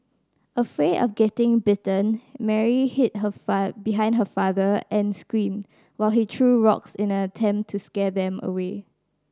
afraid of getting bitten Mary hid her behind her father and screamed while he threw rocks in an attempt to scare them away